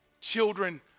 Children